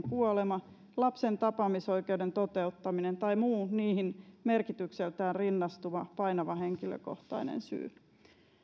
kuolema lapsen tapaamisoikeuden toteuttaminen tai muu niihin merkitykseltään rinnastuva painava henkilökohtainen syy